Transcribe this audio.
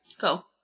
Go